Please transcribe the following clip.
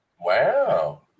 wow